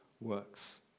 works